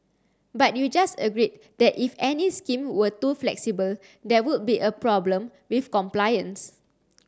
but you just agreed that if any scheme were too flexible there would be a problem with compliance